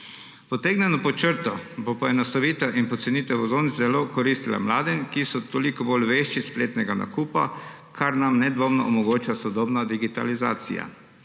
Potegnjeno pod črto, poenostavitev in pocenitev vozovnic bo zelo koristila mladim, ki so toliko bolj vešči spletnega nakupa, kar nam nedvomno omogoča sodobna digitalizacija.